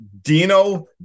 Dino